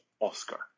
Oscar